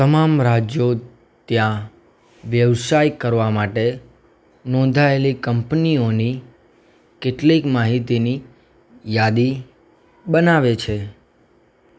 તમામ રાજ્યો ત્યાં વ્યવસાય કરવા માટે નોંધાયેલી કંપનીઓની કેટલીક માહિતીની યાદી બનાવે છે